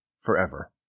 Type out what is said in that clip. forever